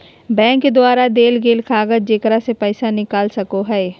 bank द्वारा देल गेल कागज जेकरा से पैसा निकाल सको हइ